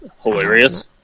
hilarious